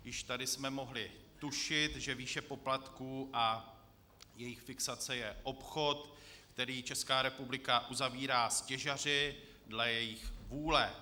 Již tady jsme mohli tušit, že výše poplatků a jejich fixace je obchod, který Česká republika uzavírá s těžaři dle jejich vůle.